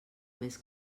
més